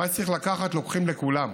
מה שצריך לקחת, לוקחים לכולם.